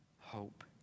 hope